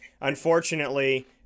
unfortunately